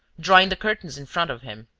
drawing the curtains in front of him.